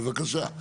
בבקשה.